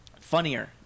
Funnier